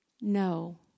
no